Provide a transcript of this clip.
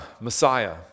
Messiah